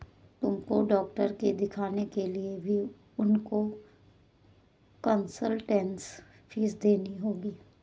तुमको डॉक्टर के दिखाने के लिए भी उनको कंसलटेन्स फीस देनी होगी